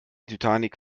titanic